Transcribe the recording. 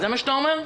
זה מה שאתה אומר?